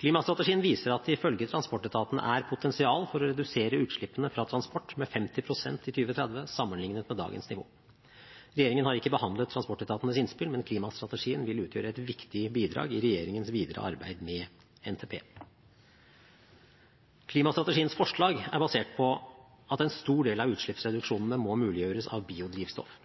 Klimastrategien viser at det ifølge transportetatene er potensial for å redusere utslippene fra transport med 50 pst. i 2030, sammenlignet med dagens nivå. Regjeringen har ikke behandlet transportetatenes innspill, men klimastrategien vil utgjøre et viktig bidrag i regjeringens videre arbeid med NTP. Klimastrategiens forslag er basert på at en stor del av utslippsreduksjonene må muliggjøres av biodrivstoff.